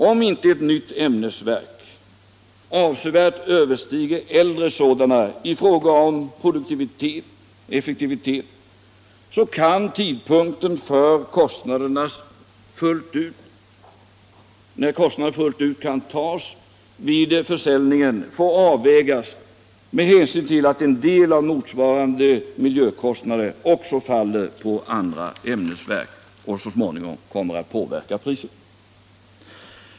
Om inte ett nytt stålämnesverk avsevärt överstiger äldre sådana när det gäller produktivitet och effektivitet, så kan tidpunkten för när kostnaderna fullt ut kan tas igen vid produktförsäljningen få avvägas med hänsyn till att en del av motsvarande miljökostnader också faller på andra ämnesverk och så småningom kommer att påverka priset.